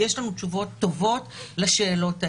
שיש לנו תשובות טובות לשאלות האלה,